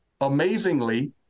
amazingly